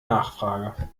nachfrage